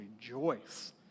rejoice